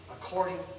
according